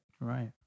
Right